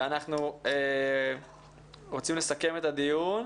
אנחנו רוצים לסכם את הדיון.